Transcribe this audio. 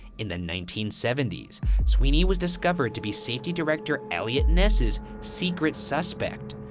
in the nineteen seventy s sweeney was discovered to be safety director eliot ness's secret suspect.